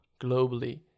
globally